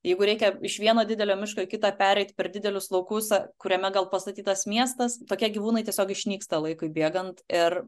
jeigu reikia iš vieno didelio miško į kitą pereit per didelius laukus kuriame gal pastatytas miestas tokie gyvūnai tiesiog išnyksta laikui bėgant ir